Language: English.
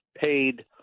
paid